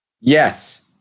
Yes